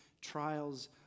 trials